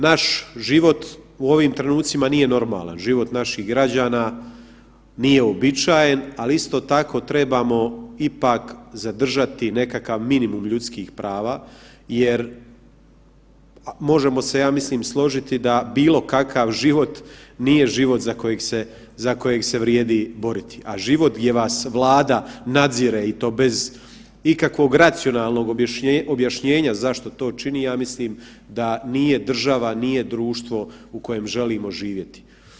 Naš život u ovim trenucima nije normalan, život naših građana nije uobičajen, ali isto tako trebamo ipak zadržati nekakav minimum ljudskih prava jer možemo se ja mislim složiti da bilo kakav život nije život za kojeg se, za kojeg se vrijedi boriti, a život gdje vas Vlada nadzire i to bez ikakvog racionalnog objašnjenja zašto to čini ja mislim da nije država, nije društvo u kojem želimo živjeti.